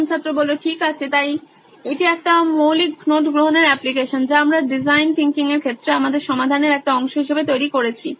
প্রথম ছাত্র ঠিক আছে তাই এটি একটি মৌলিক নোট গ্রহণের অ্যাপ্লিকেশন যা আমরা ডিজাইন থিংকিং এর ক্ষেত্রে আমাদের সমাধানের একটি অংশ হিসাবে তৈরী করেছি